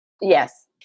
Yes